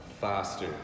faster